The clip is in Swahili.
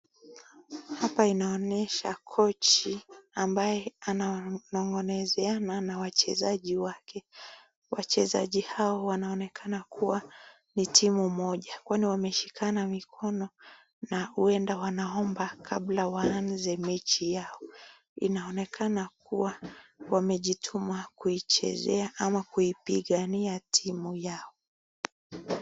Hapa inaonyesha kochi ambaye ananongonozeana na wachezaji wake. Wachezaji hao wanaonekana kuwa ni timu moja kwani wameshikana mikono na huenda wanaomba kabla waanze mechi yao. Inaonekana kuwa wamejituma kuichezea ama kuipigania timu yao.